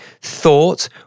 Thought